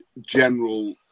general